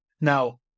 Now